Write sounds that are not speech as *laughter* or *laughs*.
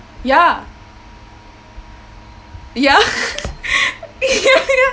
ya ya *laughs* ya